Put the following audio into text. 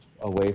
away